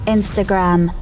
Instagram